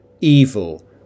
evil